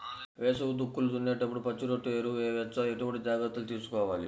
వేసవి దుక్కులు దున్నేప్పుడు పచ్చిరొట్ట ఎరువు వేయవచ్చా? ఎటువంటి జాగ్రత్తలు తీసుకోవాలి?